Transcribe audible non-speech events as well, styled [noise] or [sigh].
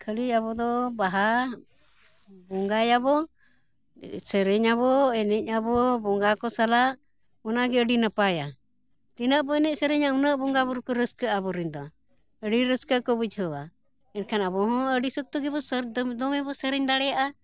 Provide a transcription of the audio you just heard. ᱠᱷᱟᱹᱞᱤ ᱟᱵᱚᱫᱚ ᱵᱟᱦᱟ ᱵᱚᱸᱜᱟᱭᱟᱵᱚᱱ ᱥᱮᱨᱮᱧ ᱟᱵᱚᱱ ᱮᱱᱮᱡ ᱟᱵᱚᱱ ᱵᱚᱸᱜᱟ ᱠᱚ ᱥᱟᱞᱟᱜ ᱚᱱᱟᱜᱮ ᱟᱹᱰᱤ ᱱᱟᱯᱟᱭᱟ ᱛᱤᱱᱟᱹᱜ ᱵᱚᱱ ᱮᱱᱮᱡ ᱥᱮᱨᱮᱧᱟ ᱩᱱᱟᱹᱜ ᱵᱚᱸᱜᱟ ᱵᱩᱨᱩ ᱠᱚ ᱨᱟᱹᱥᱠᱟᱹᱜᱼᱟ ᱟᱵᱚᱨᱮᱱ ᱫᱚ ᱟᱹᱰᱤ ᱨᱟᱹᱥᱠᱟᱹ ᱠᱚ ᱵᱩᱡᱷᱟᱹᱣᱟ ᱮᱱᱠᱷᱟᱱ ᱟᱵᱚᱦᱚᱸ ᱟᱹᱰᱤ ᱥᱚᱠᱛᱚ ᱜᱮᱵᱚᱱ [unintelligible] ᱫᱚᱢᱮᱵᱚᱱ ᱥᱮᱨᱮᱧ ᱫᱟᱲᱮᱭᱟᱜᱼᱟ